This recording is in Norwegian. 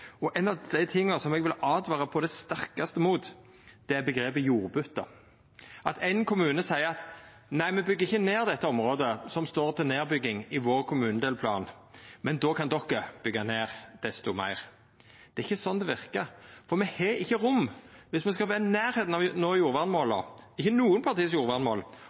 vil åtvara mot, er omgrepet jordbytte – at éin kommune seier: Me byggjer ikkje ned dette området som står til nedbygging i vår kommunedelplan, men då kan de byggja ned desto meir. Det er ikkje sånn det verkar. Om me skal vera i nærleiken av å nå jordvernmåla – alle partias jordvernmål – har me ikkje rom for å byggja ned alt som ligg til nedbygging i